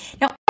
Now